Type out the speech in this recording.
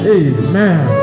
amen